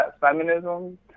feminism